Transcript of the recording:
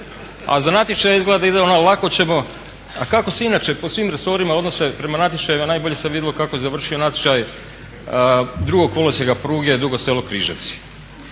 a za natječaj je izgleda da ide ono lako ćemo. A kako se inače po svim resorima odnose prema natječajima najbolje se vidjelo kako je završio natječaj drugog kolosijeka pruge Dugo Selo – Križevci.